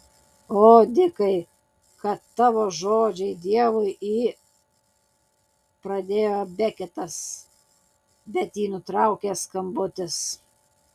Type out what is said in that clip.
o dikai kad tavo žodžiai dievui į pradėjo beketas bet jį nutraukė skambutis